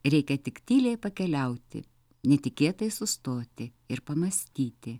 reikia tik tyliai pakeliauti netikėtai sustoti ir pamąstyti